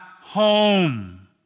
home